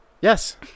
Yes